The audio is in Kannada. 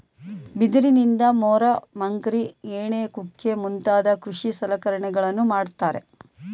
ಬಿದಿರಿನಿಂದ ಮೊರ, ಮಕ್ರಿ, ಏಣಿ ಕುಕ್ಕೆ ಮುಂತಾದ ಕೃಷಿ ಸಲಕರಣೆಗಳನ್ನು ಮಾಡುತ್ತಾರೆ